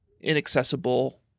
inaccessible